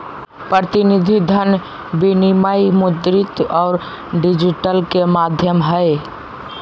प्रतिनिधि धन विनिमय मुद्रित और डिजिटल के माध्यम हइ